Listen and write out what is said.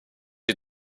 die